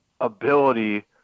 ability